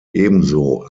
ebenso